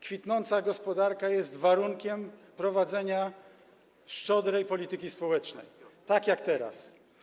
Kwitnąca gospodarka jest warunkiem prowadzenia szczodrej polityki społecznej - tak jak teraz.